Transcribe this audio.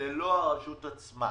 המשרדים, ללא הרשות עצמה.